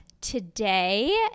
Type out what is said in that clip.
Today